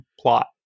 plot